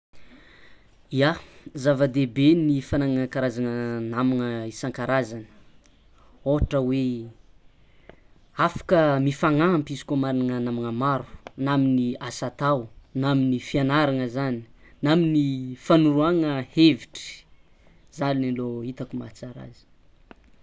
Ia, zavadehibe ny fagnanana karazana namagnaz isan-karazana ohatra hoe afaka mifagnampy izy koa magnana namana maro na amin' asa atao na amin'ny fianarana zany na amin'ny fanoroagna hevitry zany aloh hitako mahatsara azy.